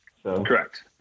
Correct